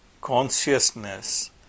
consciousness